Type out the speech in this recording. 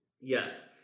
Yes